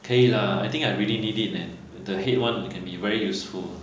可以 lah I think I really need it and the head [one] you can be very useful